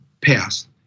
passed